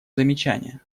замечания